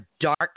dark